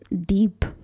deep